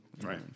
right